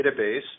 database